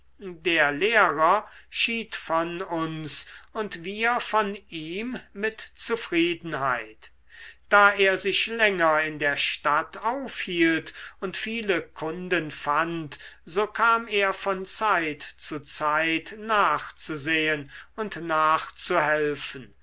der lehrer schied von uns und wir von ihm mit zufriedenheit da er sich länger in der stadt aufhielt und viele kunden fand so kam er von zeit zu zeit nachzusehen und nachzuhelfen